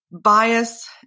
bias